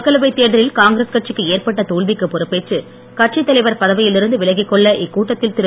மக்களவைத் தேர்தலில் காங்கிரஸ் கட்சிக்கு ஏற்பட்ட தோல்விக்கு பொறுப்பேற்று கட்சித் தலைவர் பதவியில் இருந்து விலகிக்கொள்ள இக்கூட்டத்தில் திரு